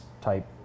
type